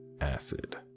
acid